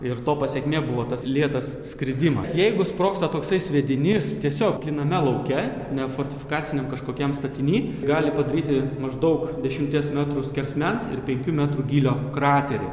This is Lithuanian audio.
ir to pasekmė buvo tas lėtas skridimas jeigu sprogsta toksai sviedinys tiesiog plyname lauke ne fortifikaciniam kažkokiam statiny gali padaryti maždaug dešimties metrų skersmens ir penkių metrų gylio kraterį